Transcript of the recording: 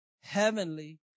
heavenly